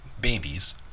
babies